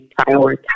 prioritize